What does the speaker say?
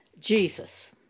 Jesus